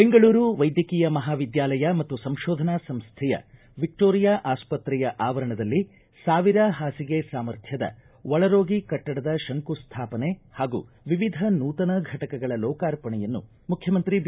ಬೆಂಗಳೂರು ವೈದ್ಯಕೀಯ ಮಹಾವಿದ್ಯಾಲಯ ಮತ್ತು ಸಂಶೋಧನಾ ಸಂಶೈಯ ವಿಕ್ಟೋರಿಯಾ ಆಸ್ಪತ್ರೆಯ ಆವರಣದಲ್ಲಿ ಸಾವಿರ ಹಾಸಿಗೆ ಸಾಮರ್ಥ್ಯದ ಒಳರೋಗಿ ಕಟ್ಟಡದ ಶಂಕುಸ್ಥಾಪನೆ ಹಾಗೂ ವಿವಿಧ ನೂತನ ಘಟಕಗಳ ಲೋಕಾರ್ಪಣೆಯನ್ನು ಮುಖ್ಯಮಂತ್ರಿ ಬಿ